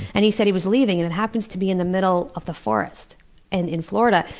and he said he was leaving, and it happens to be in the middle of the forest and in florida.